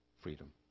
freedom